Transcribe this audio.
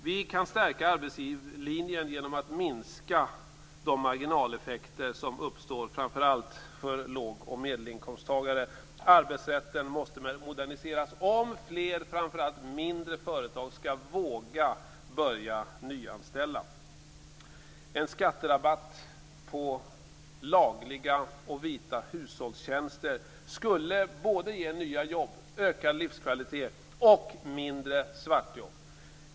Vi kan stärka arbetslinjen genom att minska de marginaleffekter som uppstår för framför allt låg och medelinkomsttagare. Arbetsrätten måste moderniseras om fler företag, framför allt mindre företag, skall våga börja nyanställa. En skatterabatt på lagliga och vita hushållstjänster skulle ge såväl nya jobb och ökad livskvalitet som mindre svartjobb.